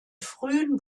frühen